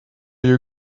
you